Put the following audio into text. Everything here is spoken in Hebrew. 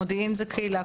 מודיעין זה קהילה,